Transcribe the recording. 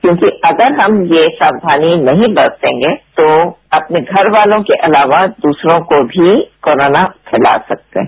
क्योंकि अगर हम ये सावधानी नहीं बरतेंगे तो अपने घरवालों के अलावा दूसरों को भी कोरोना फैला सकते हैं